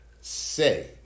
say